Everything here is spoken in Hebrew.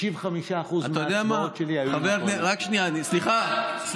65% מההצבעות שלי היו עם הקואליציה.